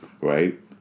Right